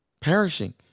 perishing